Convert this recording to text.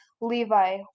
Levi